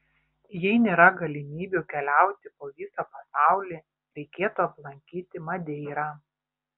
jei nėra galimybių keliauti po visą pasaulį reikėtų aplankyti madeirą